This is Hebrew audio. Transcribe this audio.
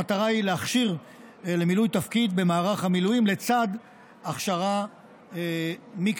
המטרה היא להכשיר למילוי תפקיד במערך המילואים לצד הכשרה מקצועית.